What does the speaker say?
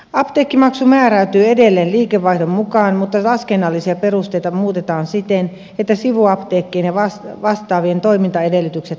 apteekkimaksu määräytyy edelleen liikevaihdon mukaan mutta laskennallisia perusteita muutetaan siten että sivuapteekkien ja vastaavien toimintaedellytykset paranevat